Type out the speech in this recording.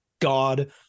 god